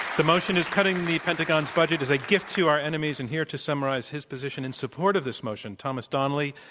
the motion is cutting the pentagon's budget is a gift to our enemies. and here to summarize his position in support of this motion, thomas donnelly.